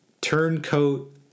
turncoat